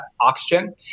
oxygen